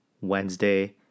Wednesday